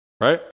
right